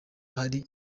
hari